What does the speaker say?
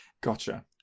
Gotcha